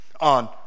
on